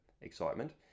excitement